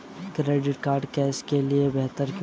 Debit card cash से बेहतर क्यों है?